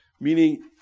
meaning